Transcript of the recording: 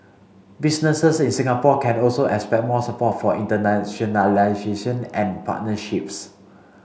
businesses in Singapore can also expect more support for internationalisation and partnerships